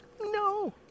no